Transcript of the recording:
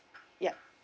ya